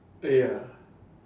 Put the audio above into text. uh ya